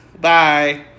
Bye